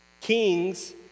Kings